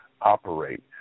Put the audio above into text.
operate